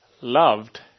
loved